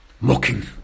mocking